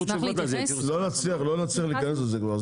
לא נצליח להיכנס לזה כבר.